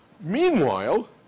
Meanwhile